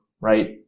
right